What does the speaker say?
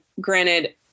granted